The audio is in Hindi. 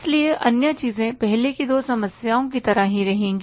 इसलिए अन्य चीजें पहले की दो समस्याओं की तरह ही रहेंगी